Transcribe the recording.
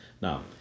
now